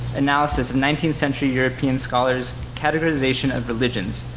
analysis of nineteenth century european scholars categorization of religions,